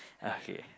okay